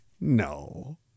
no